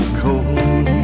cold